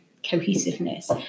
Cohesiveness